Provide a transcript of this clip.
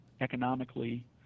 economically